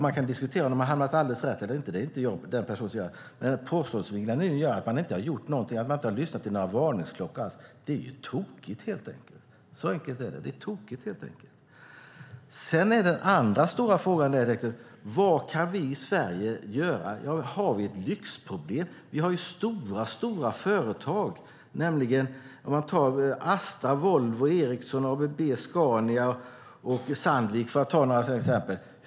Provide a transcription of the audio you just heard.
Man kan diskutera om de har hamnat alldeles rätt eller inte. Jag är inte personen att avgöra det. Men att som Ingela Nylund Watz påstå att man inte har gjort någonting och att man inte har lyssnat till några varningsklockor är helt enkelt tokigt. Den andra stora frågan är vad vi i Sverige kan göra. Har vi ett lyxproblem? Vi har ju stora företag - Astra, Volvo, Ericsson, ABB, Scania och Sandvik för att ta några exempel.